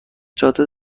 جاده